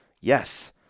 yes